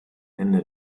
ende